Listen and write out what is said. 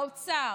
האוצר,